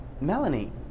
Melanie